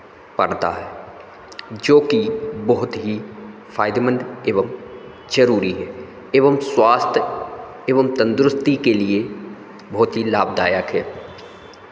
पड़ता है जोकि बहुत ही फ़ायदेमंद एवं ज़रूरी है एवं स्वास्थ एवं तंदरुस्ती के लिए बहुत ही लाभदायक है